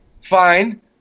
fine